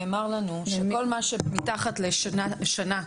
נאמר לנו שכל מה שמתחת לשנה,